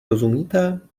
rozumíte